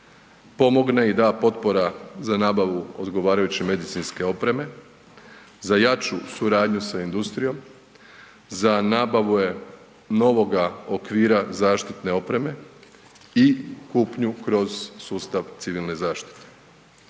pomogne i da potpora za nabavu odgovarajuće medicinske opreme za jaču suradnju sa industrijom, za nabavu je novoga okvira zaštitne opreme i kupnju kroz sustav civilne zaštite.